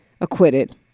acquitted